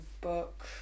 book